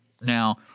Now